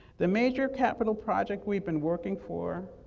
the major capital project we've been working for,